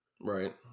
Right